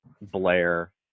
Blair